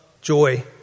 joy